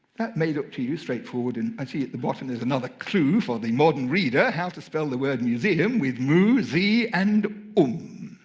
that made up to you straightforward. and i see, at the bottom, there's another clue for the modern reader, how to spell the word museum with mu, zi, and um.